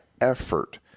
effort –